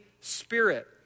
Spirit